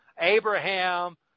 Abraham